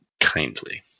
kindly